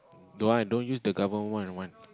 don't want i don't use the government one I want